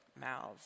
mouths